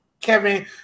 Kevin